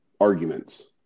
arguments